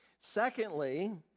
Secondly